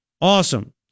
Awesome